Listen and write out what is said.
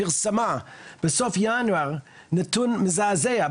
פרסמה בסוף ינואר נתון מזעזע.